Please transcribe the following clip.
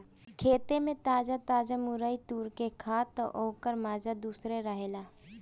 खेते में ताजा ताजा मुरई तुर के खा तअ ओकर माजा दूसरे रहेला